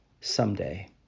someday